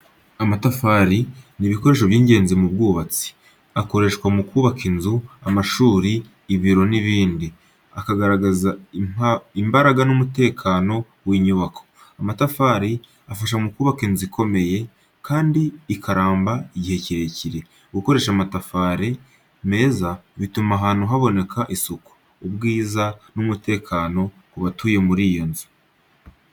Amatafari ni ibikoresho by’ingenzi mu bwubatsi. Akoreshwa mu kubaka inzu, amashuri, ibiro n’ibindi, akagaragaza imbaraga n’umutekano w’inyubako. Amatafari afasha mu kubaka inzu ikomeye, kandi ikaramba igihe kirekire. Gukoresha amatafari meza bituma ahantu haboneka isuku, ubwiza n’umutekano ku batuye muri iyo nzu.